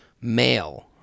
Male